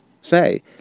say